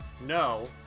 no